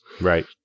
Right